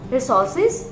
Resources